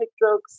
drugs